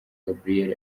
gabriel